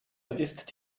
ist